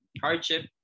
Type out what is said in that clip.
hardship